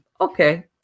okay